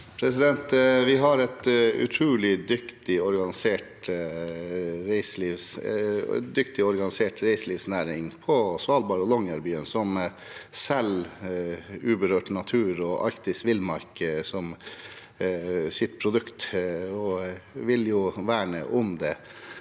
Vi har en utrolig dyktig og organisert reiselivsnæring på Svalbard og i Longyearbyen som selger uberørt natur og arktisk villmark som sitt produkt og vil verne om det.